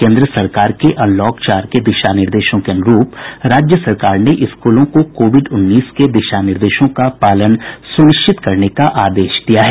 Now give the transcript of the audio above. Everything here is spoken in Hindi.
केन्द्र सरकार के अनलॉक चार के दिशा निर्देशों के अनुरूप राज्य सरकार ने स्कूलों को कोविड उन्नीस के दिशा निर्देशों का पालन सुनिश्चित करने का आदेश दिया है